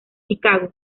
chicago